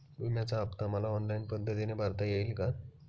विम्याचा हफ्ता मला ऑनलाईन पद्धतीने भरता येईल का?